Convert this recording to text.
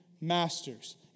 masters